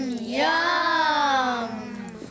yum